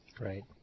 Right